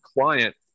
client